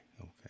okay